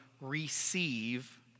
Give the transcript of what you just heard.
receive